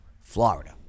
Florida